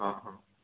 ହଁ ହଁ